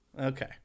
Okay